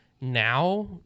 Now